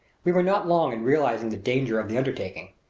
we were not long in realizing the danger of the undertaking.